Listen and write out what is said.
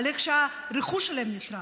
איך שהרכוש שלהם נשרף?